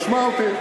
תשמע אותי.